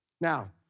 Now